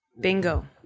Bingo